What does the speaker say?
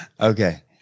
okay